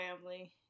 Family